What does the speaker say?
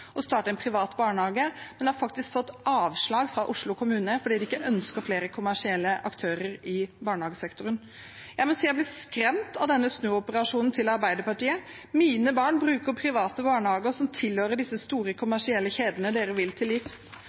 å starte en privat barnehage, men som faktisk har fått avslag fra Oslo kommune fordi de ikke ønsker flere kommersielle aktører i barnehagesektoren. Jeg må si jeg blir skremt av denne snuoperasjonen til Arbeiderpartiet. Mine barn bruker private barnehager som tilhører disse store, kommersielle kjedene de vil til livs.